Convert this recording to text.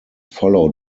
followed